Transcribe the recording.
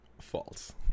false